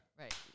right